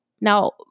Now